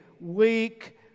weak